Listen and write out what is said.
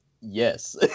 yes